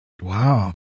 Wow